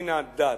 בבחינת דת.